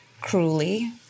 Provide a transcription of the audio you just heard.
cruelly